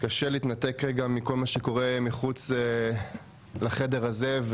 קשה להתנתק מכל מה שקורה מחוץ לחדר הזה,